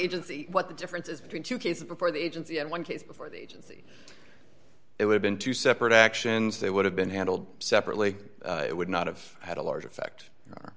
agency what the difference is between two cases before the agency and one case before the agency it would have been two separate actions they would have been handled separately it would not have had a large effect